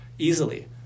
easily